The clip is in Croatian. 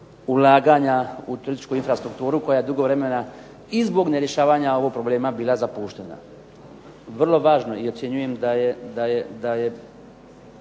ulaganja u turističku infrastrukturu koja je dugo vremena i zbog nerješavanja ovog problema bila zapuštena. Vrlo važno, i ocjenjujem da je